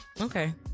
okay